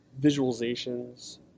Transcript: visualizations